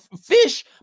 fish